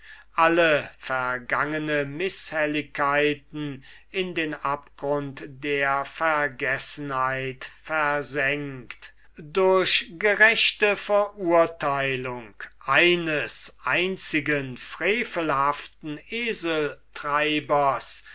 alle vergangne mißhelligkeiten in den abgrund der vergessenheit versenkt durch gerechte verurteilung eines einzigen frevelhaften